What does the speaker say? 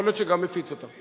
יכול להיות שגם מפיץ אותו.